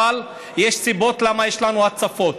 אבל יש סיבות למה יש לנו הצפות.